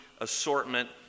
assortment